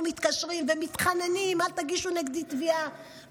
מתקשרים ומתחננים: אל תגישו נגדי תביעה.